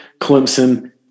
Clemson